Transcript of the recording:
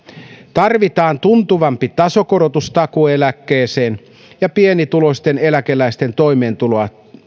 tarvitaan tuntuvampi tasokorotus takuueläkkeeseen ja pienituloisten eläkeläisten toimeentuloa